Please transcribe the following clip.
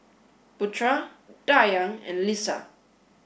Putra Dayang and Lisa